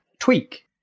tweak